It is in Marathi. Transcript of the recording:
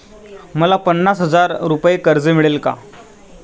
मला पन्नास हजार रुपये कर्ज मिळेल का?